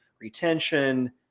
retention